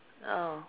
oh